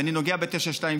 ואני נוגע ב-922,